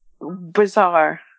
Bizarre